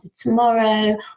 tomorrow